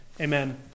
Amen